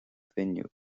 bhfuinneog